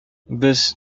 без